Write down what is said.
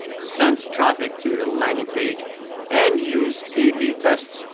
send traffic to a landing page and use a b tests.